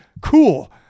cool